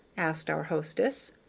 asked our hostess.